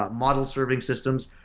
ah model serving systems.